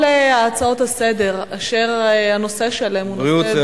כל ההצעות לסדר-היום אשר הנושא שלהן הוא בריאות,